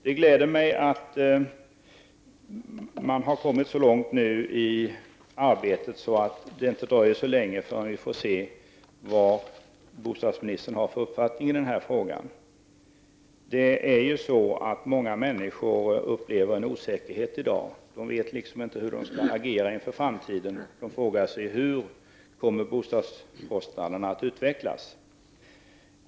Det gläder mig att man nu har kommit så långt i arbetet att det inte dröjer så länge förrän vi får se vad bostadsministern har för uppfattning i denna fråga. Många människor upplever ju i dag en osäkerhet, och de vet inte hur de skall agera inför framtiden. De frågar sig hur bostadskostnaderna kommer att utvecklas.